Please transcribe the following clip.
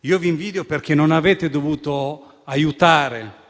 Io li invidio perché non hanno dovuto aiutare